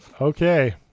Okay